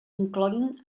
incloguin